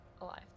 alive